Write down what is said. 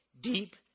deep